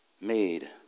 made